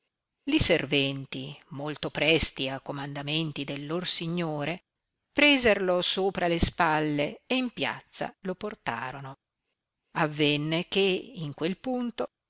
li serventi molto presti a'comandamenti del lor signore preserlo sopra le spalle e in piazza lo portorono avenne che in quel punto